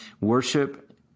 Worship